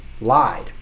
lied